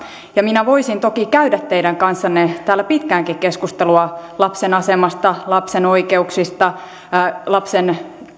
ja minä voisin toki käydä teidän kanssanne täällä pitkäänkin keskustelua lapsen asemasta lapsen oikeuksista